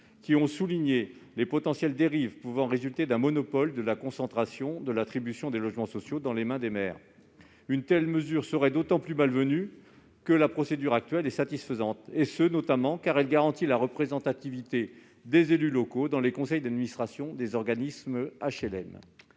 qui ont souligné les potentielles dérives pouvant résulter d'un monopole de la concentration de l'attribution des logements sociaux dans les mains des maires. Une telle mesure serait d'autant plus malvenue que la procédure actuelle est satisfaisante, notamment parce qu'elle garantit la représentativité des élus locaux dans les conseils d'administration des organismes HLM.